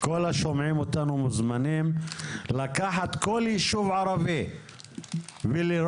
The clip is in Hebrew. כל השומעים אותנו מוזמנים לקחת כל יישוב ערבי ולראות